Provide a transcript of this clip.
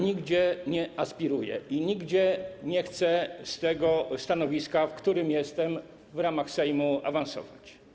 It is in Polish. Nigdzie nie aspiruję i nigdzie nie chcę z tego stanowiska, na którym jestem w ramach Sejmu, awansować.